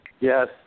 Yes